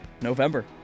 November